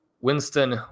Winston